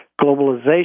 globalization